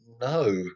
No